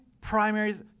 primaries